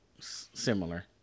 similar